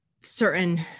certain